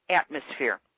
atmosphere